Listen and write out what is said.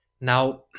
now